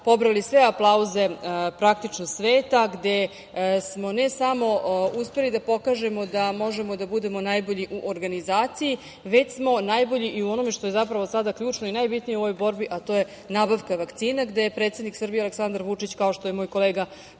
pobrojali sve aplauze praktično sveta, gde smo ne samo uspeli da pokažemo da možemo da budemo najbolji u organizaciji, već smo najbolji i u onome što je zapravo sada ključno i najbitnije u ovoj borbi a to je nabavka vakcina, gde je predsednik Srbije Aleksandar Vučić, kao što je moj kolega